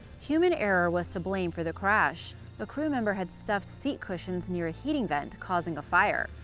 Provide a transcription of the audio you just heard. human error was to blame for the crash a crew member had stuffed seat cushions near a heating vent, causing a fire.